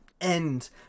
end